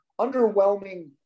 underwhelming